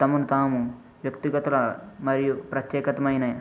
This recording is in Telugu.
తమకి తాము వ్యక్తిగత మరియు ప్రత్యేకతమైన